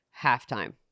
Halftime